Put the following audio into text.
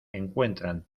encuentran